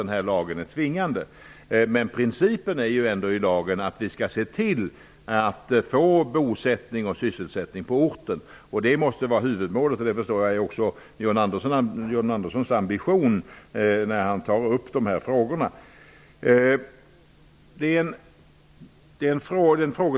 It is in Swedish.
Den här lagen är inte alltid tvingande. Principen i lagen är ändå att vi skall se till att få bosättning och sysselsättning på orten. Det måste vara huvudmålet. Jag förstår att det också är John Anderssons ambition när han tar upp dessa frågor.